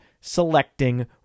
selecting